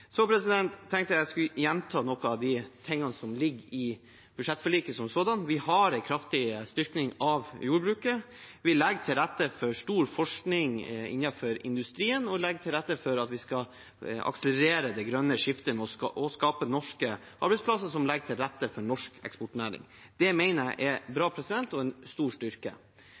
Så tenkte jeg at jeg skulle gjenta noe av det som ligger i budsjettforliket som sådan. Vi har en kraftig styrking av jordbruket. Vi legger til rette for mye forskning innenfor industrien og for at vi skal akselerere det grønne skiftet og skape norske arbeidsplasser som legger til rette for norsk eksportnæring. Det mener jeg er bra og en stor styrke.